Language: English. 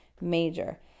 Major